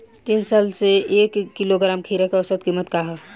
तीन साल से एक किलोग्राम खीरा के औसत किमत का ह?